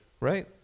Right